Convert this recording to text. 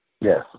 Yes